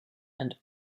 and